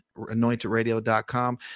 anointedradio.com